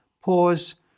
pause